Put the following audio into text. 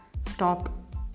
Stop